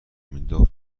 مینداخت